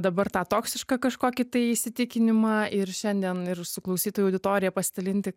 dabar tą toksišką kažkokį tai įsitikinimą ir šiandien ir su klausytojų auditorija pasidalinti